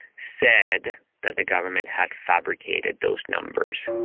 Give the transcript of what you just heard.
said that the government had fabricated those numbers.